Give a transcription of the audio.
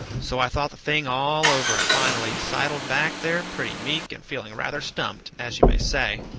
so i thought the thing all over and finally sidled back there pretty meek and feeling rather stumped, as you may say.